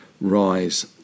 rise